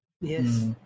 Yes